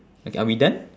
okay are we done